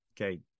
Okay